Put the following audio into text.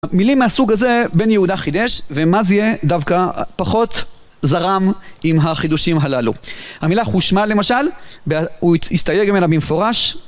מילים מהסוג הזה בן-יהודה חידש, ומזי"א דווקא פחות זרם עם החידושים הללו. המילה חושמל למשל, הוא הסתייג ממנה במפורש